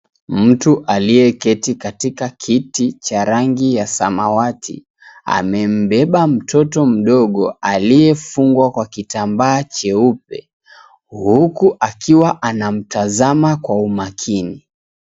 Mtu aliyeketi katika kiti cha rangi ya samawati amembeba mtoto mdogo aliyefungwa kwa kitambaa cheupe huku akiwa anamtaza kwa umakini.